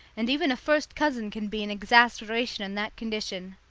and even a first cousin can be an exasperation in that condition.